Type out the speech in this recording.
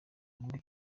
ndwi